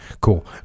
Cool